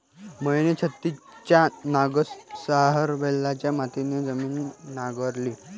महेशने छिन्नीच्या नांगरासह बैलांच्या मदतीने जमीन नांगरली